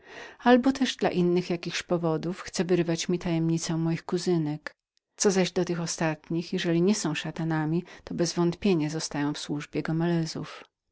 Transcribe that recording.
albo też dla innych jakich powodów chce wyrwać mi tajemnicę o moich kuzynkach co zaś do tych ostatnich bezwątpienia jeżeli nie są szatanami w takim razie zostają w służbie